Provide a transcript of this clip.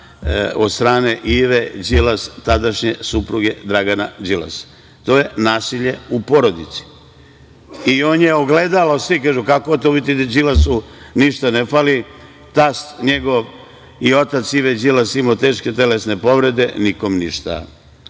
od strane Ive Đilas, tadašnje supruge Dragana Đilasa? To je nasilje u porodici i on je ogledalo svih. Kažu – kako, vidite da Đilasu ništa ne fali? Tast njegov i otac Ive Đilas je imao teške telesne povrede – nikom ništa.